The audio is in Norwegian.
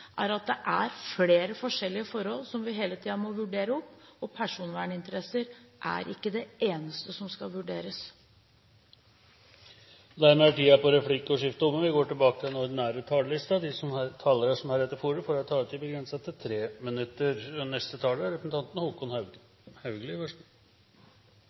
er at det er flere forskjellige forhold som vi hele tiden må vurdere opp, og personverninteresser er ikke det eneste som skal vurderes. Replikkordskiftet er dermed omme. De talere som heretter får ordet, har en taletid på inntil 3 minutter. Det var representanten Trine Skei Grandes innlegg som fikk meg til